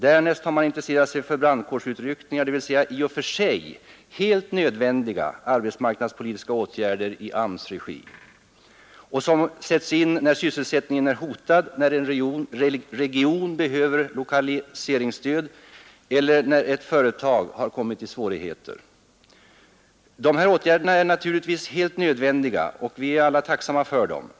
Därnäst har man intresserat sig för brandkårsutryckningar, dvs. i och för sig helt nödvändiga arbetsmarknadspolitiska åtgärder i AMS:s regi som sätts in, när sysselsättningen är hotad, när en region behöver lokaliseringsstöd eller när ett företag har kommit i svårigheter. De åtgärderna är naturligtvis helt nödvändiga, och vi är alla tacksamma för dem.